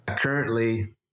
Currently